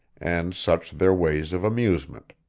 and such their ways of amusement.